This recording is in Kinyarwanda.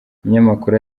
umunyamakuru